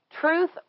truth